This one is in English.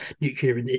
nuclear